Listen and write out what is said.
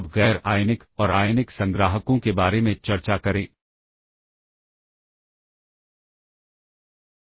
खैर अगर यह मेरा सबरूटीन है और वहां कहीं मैं स्टैक पॉइंटर मान बदलता हूं